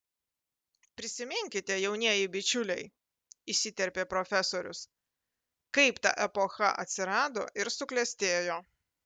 prisiminkite jaunieji bičiuliai įsiterpė profesorius kaip ta epocha atsirado ir suklestėjo